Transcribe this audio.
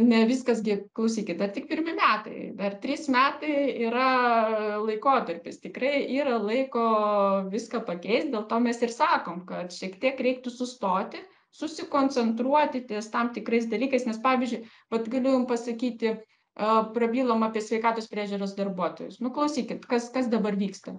ne viskas gi klausykit dar tik pirmi metai dar trys metai yra laikotarpis tikrai yra laiko viską pakeist dėl to mes ir sakom kad šiek tiek reiktų sustoti susikoncentruoti ties tam tikrais dalykais nes pavyzdžiui vat galiu jum pasakyti a prabylom apie sveikatos priežiūros darbuotojus nu klausykit kas kas dabar vyksta